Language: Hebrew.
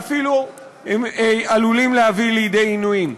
ואפילו עלולים להביא לידי עינויים.